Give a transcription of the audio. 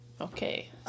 Okay